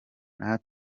ntawe